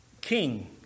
king